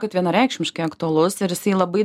kad vienareikšmiškai aktualus ir labai